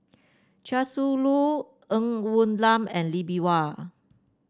Chia Shi Lu Ng Woon Lam and Lee Bee Wah